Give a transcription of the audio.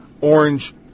orange